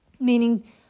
Meaning